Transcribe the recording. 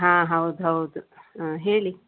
ಹಾಂ ಹೌದು ಹೌದು ಹಾಂ ಹೇಳಿ